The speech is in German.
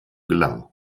gelangen